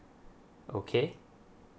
okay